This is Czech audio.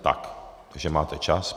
Takže máte čas.